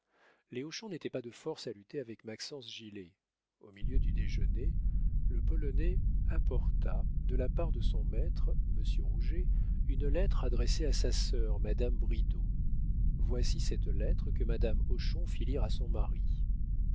les hochon n'étaient pas de force à lutter avec maxence gilet au milieu du déjeuner le polonais apporta de la part de son maître monsieur rouget une lettre adressée à sa sœur madame bridau voici cette lettre que madame hochon fit lire à son mari